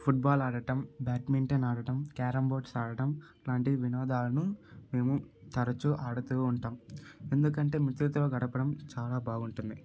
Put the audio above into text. football ఆడటం badminton ఆడటం carrom boards ఆడటం ఇలాంటి వినోదాలను మేము తరచు ఆడుతు ఉంటాము ఎందుకంటే మిత్రులతో గడపడం చాలా బాగుంటుంది